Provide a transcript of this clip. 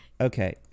Okay